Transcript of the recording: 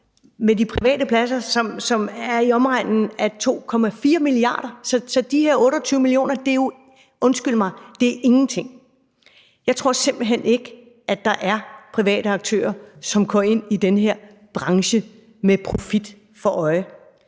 med de private pladser, som er i omegnen af 2,4 mia. kr., så de her 28. mio. kr. er – undskyld mig! – ingenting. Jeg tror simpelt hen ikke, at der er private aktører, som går ind i den her branche med profit for øje.